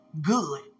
Good